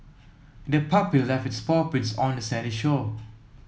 the puppy left its paw prints on the sandy shore